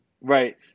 Right